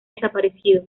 desaparecidos